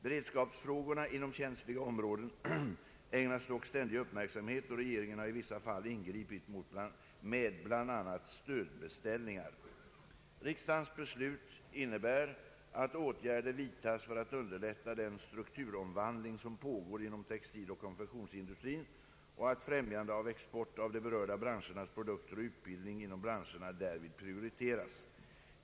Beredskapsfrågorna inom «känsliga områden ägnas dock ständig uppmärksamhet, och regeringen har i vissa fall ingripit med bl.a. stödbeställningar. Riksdagens beslut innebär att åtgärder vidtas för att underlätta den strukturomvandling som pågår inom textiloch konfektionsindustrin och att främjande av export av de berörda branschernas produkter och utbildning inom branscherna därvid prioriteras.